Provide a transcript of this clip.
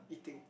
eating